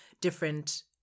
different